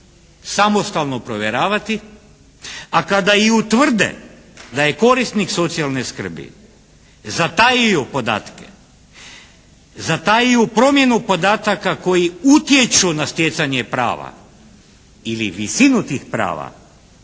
samostalno provjeravati, a kada i utvrde da je korisnik socijalne skrbi zatajio podatke, zatajio promjenu podataka koji utječu na stjecanje prava ili visinu tih prava